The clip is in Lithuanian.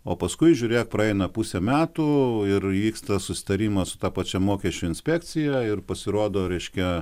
o paskui žiūrėk praeina pusė metų ir įvyksta susitarimas su ta pačia mokesčių inspekcija ir pasirodo reiškia